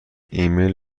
ایمیل